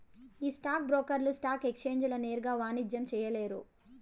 ఈ స్టాక్ బ్రోకర్లు స్టాక్ ఎక్సేంజీల నేరుగా వాణిజ్యం చేయలేరు